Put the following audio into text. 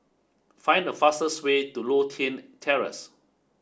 find the fastest way to Lothian Terrace